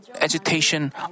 agitation